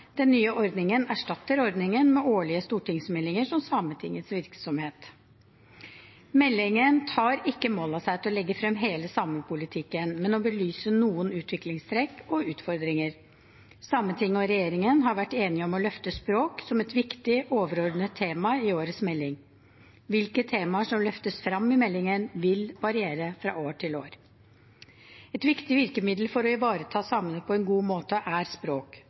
Den nye ordningen erstatter ordningen med årlige stortingsmeldinger om Sametingets virksomhet. Meldingen tar ikke mål av seg til å legge frem hele samepolitikken, men å belyse noen utviklingstrekk og utfordringer. Sametinget og regjeringen har vært enige om å løfte språk som et viktig overordnet tema i årets melding. Hvilke temaer som løftes frem i meldingen, vil variere fra år til år. Et viktig virkemiddel for å ivareta samene på en god måte er språk.